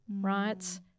right